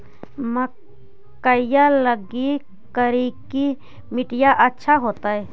मकईया लगी करिकी मिट्टियां अच्छा होतई